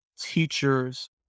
teachers